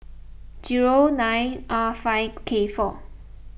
nine R five K four